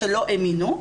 שלא הם מינו,